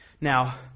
Now